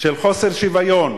של חוסר שוויון